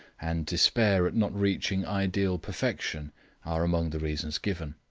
and despair at not reaching ideal perfection are among the reasons given.